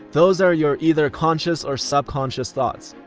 those are your either conscious or subconscious thoughts.